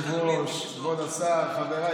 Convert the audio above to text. גם אתה רוצה כדור?